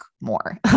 more